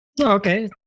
Okay